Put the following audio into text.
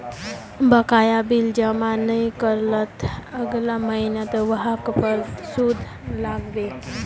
बकाया बिल जमा नइ कर लात अगला महिना वहार पर सूद लाग बे